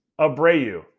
Abreu